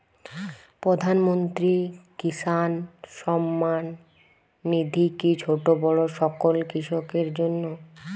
প্রধানমন্ত্রী কিষান সম্মান নিধি কি ছোটো বড়ো সকল কৃষকের জন্য?